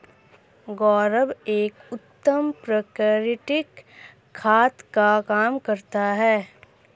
गोबर एक उत्तम प्राकृतिक खाद का काम करता है